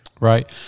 Right